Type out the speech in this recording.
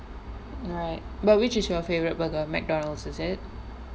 right but which is your favourite burger McDonald's is it